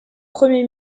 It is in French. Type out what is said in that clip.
premier